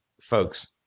folks